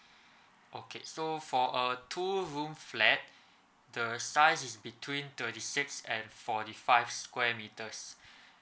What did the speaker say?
okay so for a two room flat the size is between thirty six and forty five square meters